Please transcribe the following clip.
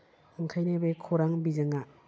ओंखायनो बे खौरां बिजोङा